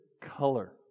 color